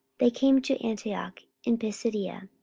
they came to antioch in pisidia,